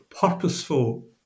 purposeful